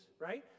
right